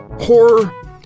horror